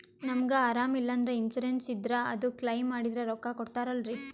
ನಮಗ ಅರಾಮ ಇಲ್ಲಂದ್ರ ಇನ್ಸೂರೆನ್ಸ್ ಇದ್ರ ಅದು ಕ್ಲೈಮ ಮಾಡಿದ್ರ ರೊಕ್ಕ ಕೊಡ್ತಾರಲ್ರಿ?